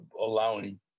allowing